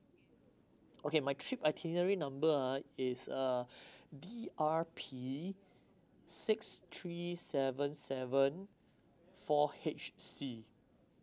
okay my trip itinerary number ah is uh D R P six three seven seven four H C